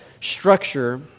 structure